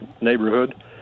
neighborhood